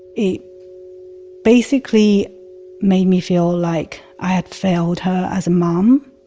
it basically made me feel like i had failed her as a mom.